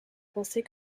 pensait